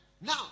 now